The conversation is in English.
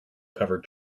covered